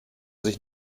sich